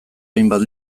hainbat